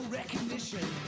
recognition